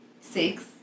Six